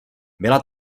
byla